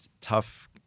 tough